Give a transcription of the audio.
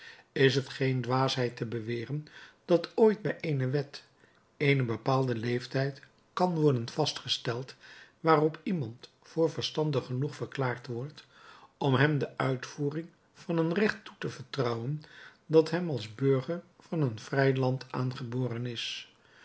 is het geen dwaasheid te beweren dat ooit bij eene wet een bepaalde leeftijd kan worden vastgesteld waarop iemand voor verstandig genoeg verklaard wordt om hem de uitvoering van een recht toe te vertrouwen dat hem als burger van een vrij land aangeboren is